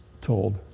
told